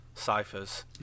Ciphers